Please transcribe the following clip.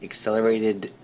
accelerated